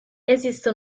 esiste